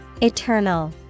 Eternal